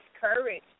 courage